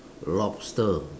lobster